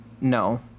No